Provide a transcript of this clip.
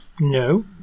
No